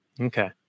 Okay